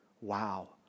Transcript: Wow